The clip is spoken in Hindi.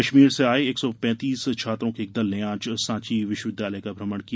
कश्मीर से आये एक सौ पेंतीस छात्रों के एक दल ने आज सांची विश्व विद्यालय का भ्रमण किया